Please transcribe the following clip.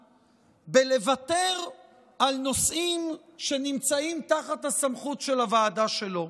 בלוותר על נושאים שנמצאים תחת הסמכות של הוועדה שלו.